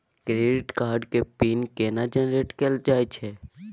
Credit card के pin केना generate कैल जाए छै?